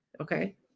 Okay